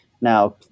Now